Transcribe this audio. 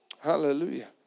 Hallelujah